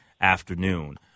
afternoon